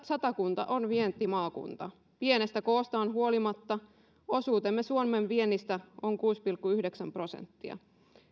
satakunta on vientimaakunta pienestä koostaan huolimatta osuutemme suomen viennistä on kuusi pilkku yhdeksän prosenttia